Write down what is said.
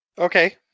Okay